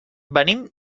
venim